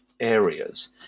areas